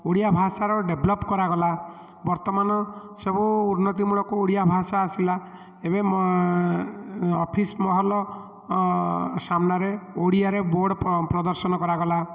ଓଡ଼ିଆ ଭାଷାର ଡେଭ୍ଲପ୍ କରାଗଲା ବର୍ତ୍ତମାନ ସବୁ ଉନ୍ନତିମୂଳକ ଓଡ଼ିଆ ଭାଷା ଆସିଲା ଏବେ ଅଫିସ୍ ମହଲ ସାମ୍ନାରେ ଓଡ଼ିଆରେ ବୋର୍ଡ଼୍ ପ୍ରଦର୍ଶନ କରାଗଲା